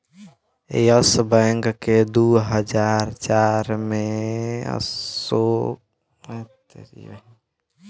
yes bank के दू हज़ार चार में राणा कपूर आउर अशोक कपूर द्वारा स्थापित किहल गयल रहल